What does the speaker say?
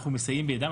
אנחנו מסייעים בידם.